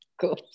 Cool